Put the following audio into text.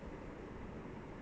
mm hmm mm hmm